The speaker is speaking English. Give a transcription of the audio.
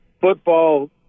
football